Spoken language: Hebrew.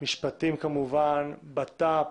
משפטים, ביטחון פנים,